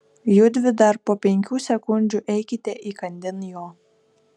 judvi dar po penkių sekundžių eikite įkandin jo